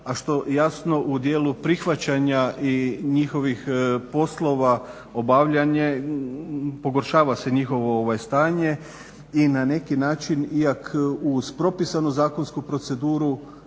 a što jasno u dijelu prihvaćanja i njihovih poslova obavljanja pogoršava se njihovo stanje i na neki način iako uz propisanu zakonsku proceduru,